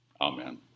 Amen